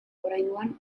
oraingoan